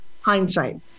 Hindsight